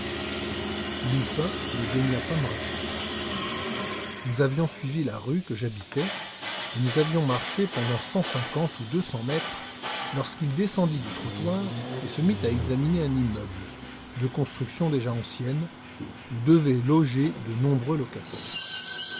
lupin ne daigna pas me répondre nous avions suivi la rue que j'habitais et nous avions marché pendant cent cinquante ou deux cents mètres lorsqu'il descendit du trottoir et se mit à examiner un immeuble de construction déjà ancienne et où devaient loger de nombreux locataires